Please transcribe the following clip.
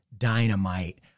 Dynamite